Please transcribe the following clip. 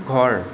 ঘৰ